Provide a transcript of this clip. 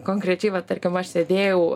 konkrečiai va tarkim aš sėdėjau